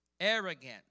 arrogant